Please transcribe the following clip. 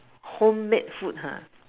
home made food ha